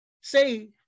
Say